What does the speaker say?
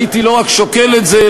הייתי לא רק שוקל את זה,